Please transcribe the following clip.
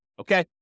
Okay